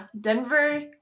Denver